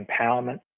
empowerment